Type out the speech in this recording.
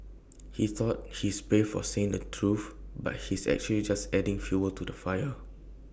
he thought he's brave for saying the truth but he's actually just adding fuel to the fire